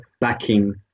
backing